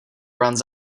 runs